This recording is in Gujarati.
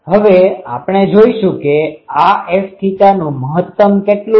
હવે આપણે જોઈશું કે આ Fθ નુ મહત્તમ કેટલુ છે